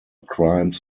crimes